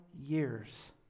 years